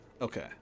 Okay